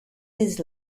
his